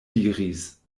diris